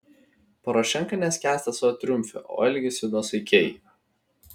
porošenka neskęsta savo triumfe o elgiasi nuosaikiai